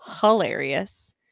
hilarious